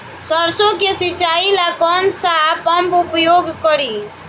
सरसो के सिंचाई ला कौन सा पंप उपयोग करी?